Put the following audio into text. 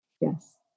Yes